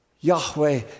Yahweh